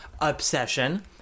obsession